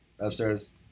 Upstairs